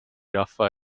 rahva